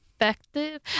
effective